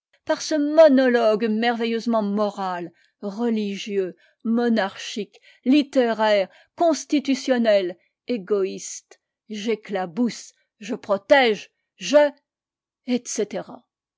par ce monologue merveilleusement moral religieux monarchique littéraire constitutionnel égoïste j'éclabousse je protège je etc